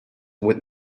with